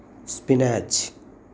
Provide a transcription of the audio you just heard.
spinach